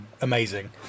amazing